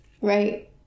Right